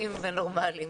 שפויים ונורמליים.